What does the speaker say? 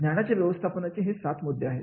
ज्ञानाच्या व्यवस्थापनाचे हे सात मुद्दे आहेत